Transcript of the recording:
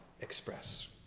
express